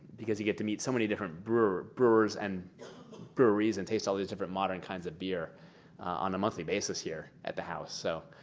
because you get to meet so many different brewers brewers and breweries and taste these modern kinds of beer on a monthly basis here at the house. so,